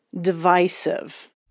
divisive